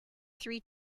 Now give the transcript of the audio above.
three